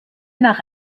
nach